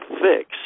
fix